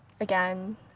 again